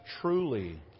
truly